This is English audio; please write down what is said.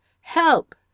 Help